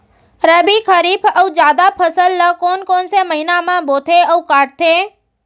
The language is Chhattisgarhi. रबि, खरीफ अऊ जादा फसल ल कोन कोन से महीना म बोथे अऊ काटते?